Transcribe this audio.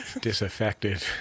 Disaffected